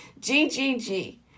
GGG